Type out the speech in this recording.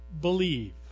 Believe